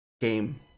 game